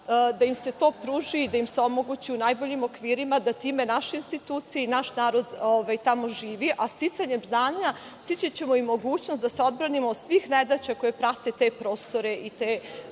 da im se to pruži i da im se omogući u najboljim okvirima, da time naše institucije i naš narod tamo živi, a sticanjem znanja steći ćemo mogućnost da se odbranimo od svih nedaća koje prate te prostore i te